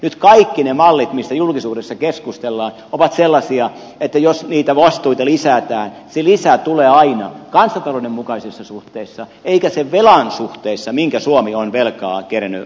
nyt kaikki ne mallit mistä julkisuudessa keskustellaan ovat sellaisia että jos niitä vastuita lisätään se lisä tulee aina kansantalouden mukaisessa suhteessa eikä sen velan suhteessa minkä suomi on velkaa kerennyt julkiselle sektorille ottamaan